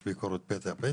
יש ביקורות פתע-פתע,